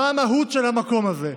מה המהות של המקום הזה.